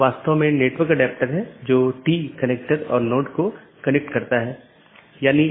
वास्तव में हमने इस बात पर थोड़ी चर्चा की कि विभिन्न प्रकार के BGP प्रारूप क्या हैं और यह अपडेट क्या है